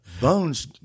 Bones